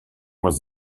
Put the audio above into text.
was